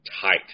tight